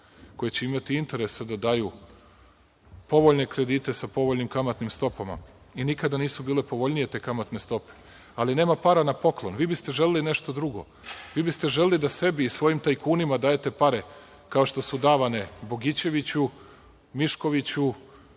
koje će imati interese da daju povoljne kredite sa povoljnim kamatnim stopama, i nikada nisu bile povoljnije te kamatne stope, ali nema para na poklon. Vi biste želeli nešto drugo. Vi biste želeli da sebi i svojim tajkunima dajete pare, kao što su davane Bogićeviću, Miškoviću,